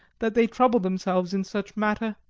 that they trouble themselves in such matter.